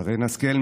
שרן השכל,